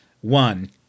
One